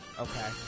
okay